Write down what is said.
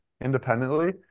independently